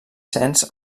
cens